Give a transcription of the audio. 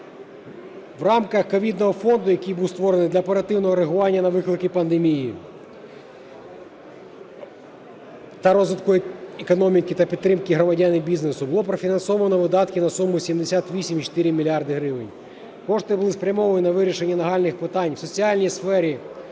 В рамках ковідного фонду, який був створений для оперативного реагування на виклики пандемії та розвитку економіки, та підтримки громадян і бізнесу, було профінансовано видатки на суму 78,4 мільярда гривень. Кошти були спрямовані на вирішення нагальних питань в соціальній сфері,